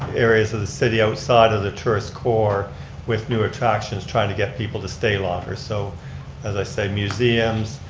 areas of the city outside of the tourist core with new attractions trying to get people to stay longer, so as i said, museums.